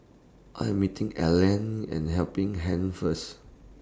I Am meeting Allene At The Helping Hand First